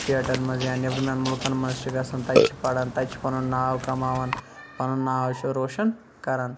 سٹیٹَن مَنٛز یا نیٚبرِمٮ۪ن مُلکَن مَنٛز چھِ گَژھان تَتہِ چھِ پَران تَتہِ چھِ پَنُن ناو کَماوان پَنُن ناو چھِ روشَن کَران